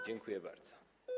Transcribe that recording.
Dziękuję bardzo.